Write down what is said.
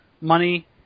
money